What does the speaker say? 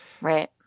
Right